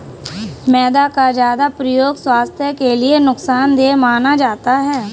मैदा का ज्यादा प्रयोग स्वास्थ्य के लिए नुकसान देय माना जाता है